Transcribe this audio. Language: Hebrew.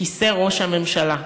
כיסא ראש הממשלה.